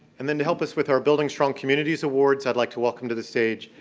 and then to help us with our building strong communities awards, i'd like to welcome to the stage,